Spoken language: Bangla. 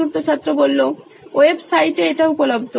চতুর্থ ছাত্র ওয়েবসাইটে এটা উপলব্ধ